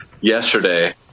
yesterday